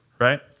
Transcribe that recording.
right